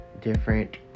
Different